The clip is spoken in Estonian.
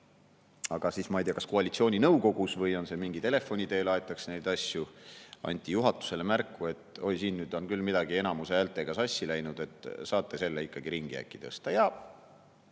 aga siis – ma ei tea, kas koalitsiooninõukogust või mingil muul moel, ka telefoni teel aetakse neid asju – anti juhatusele märku, et oi, siin on küll midagi enamuse häältega sassi läinud, saate selle ikkagi ringi äkki tõsta. Ja